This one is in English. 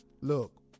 look